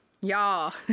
Y'all